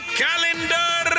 calendar